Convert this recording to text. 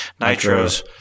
nitros